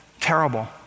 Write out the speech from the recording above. terrible